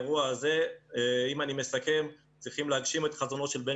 באירוע הזה צריכים להגשים את חזונו של בן